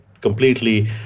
completely